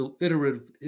iterative